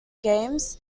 games